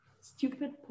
stupid